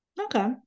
okay